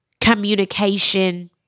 communication